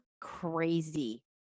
crazy